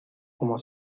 como